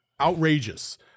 Outrageous